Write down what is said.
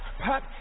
pop